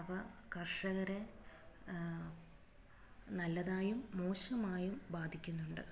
അവ കർഷകരെ നല്ലതായും മോശമായും ബാധിക്കുന്നുണ്ട്